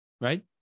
right